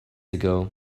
ago